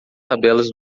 tabelas